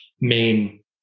main